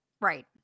Right